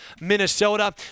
Minnesota